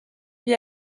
vit